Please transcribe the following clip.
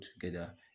together